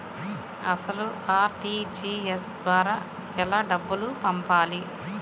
అసలు అర్.టీ.జీ.ఎస్ ద్వారా ఎలా డబ్బులు పంపాలి?